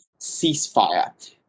ceasefire